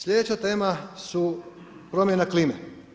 Slijedeća tema su promjena klime.